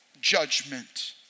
judgment